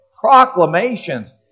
proclamations